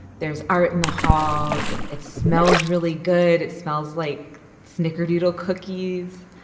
there's art in the halls. it smells really good. it smells like snickerdoodle cookies.